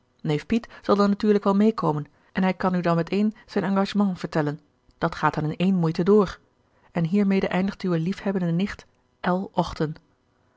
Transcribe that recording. neef piet zal dan natuurlijk wel meekomen en hij kan u dan met een zijn engagement vertellen dat gaat dan in één moeite door en hiermede eindigt uwe liefhebbende nicht